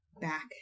back